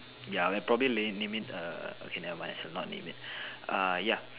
ya I'll probably lame name it err okay never mind I shall not name it uh ya